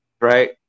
Right